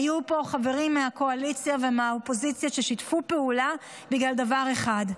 היו פה חברים מהקואליציה ומהאופוזיציה ששיתפו פעולה בגלל דבר אחד: